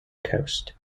coast